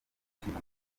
ishinga